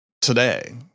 today